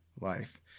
life